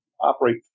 operate